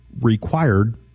required